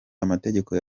amategeko